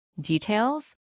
details